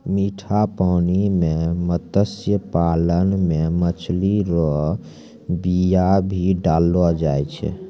मीठा पानी मे मत्स्य पालन मे मछली रो बीया भी डाललो जाय छै